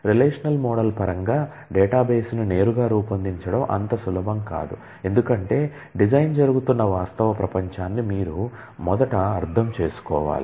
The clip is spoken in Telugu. రిలేషనల్ మోడల్ పరంగా డేటాబేస్ ని నేరుగా రూపొందించడం అంత సులభం కాదు ఎందుకంటే డిజైన్ జరుగుతున్న వాస్తవ ప్రపంచాన్ని మీరు మొదట అర్థం చేసుకోవాలి